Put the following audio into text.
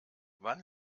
wann